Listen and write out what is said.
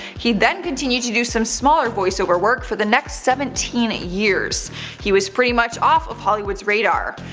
he then continued to do some smaller voiceover work for the next seventeen years he was pretty much off of hollywood's radar.